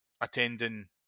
attending